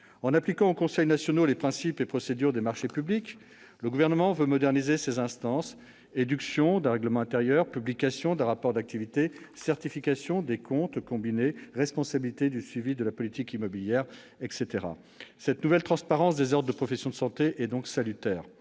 En appliquant aux conseils nationaux les principes et procédures des marchés publics, le Gouvernement veut moderniser ces instances : édiction d'un règlement intérieur, publication d'un rapport d'activité, certification des comptes combinés, responsabilité du suivi de la politique immobilière, etc. Cette nouvelle transparence des ordres des professions de santé est donc salutaire.